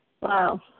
Wow